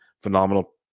phenomenal